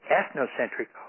ethnocentric